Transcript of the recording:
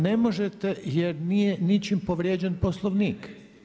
Ne možete jer nije ničim povrijeđen Poslovnik.